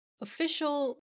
official